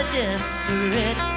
desperate